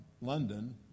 London